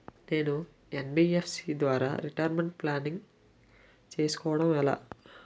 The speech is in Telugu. నేను యన్.బి.ఎఫ్.సి ద్వారా రిటైర్మెంట్ ప్లానింగ్ చేసుకోవడం ఎలా?